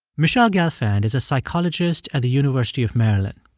michele gelfand is a psychologist at the university of maryland.